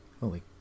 Holy